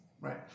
right